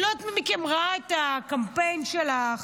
אני לא יודעת מי מכם ראה את הקמפיין של החטופים,